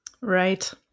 Right